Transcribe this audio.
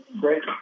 great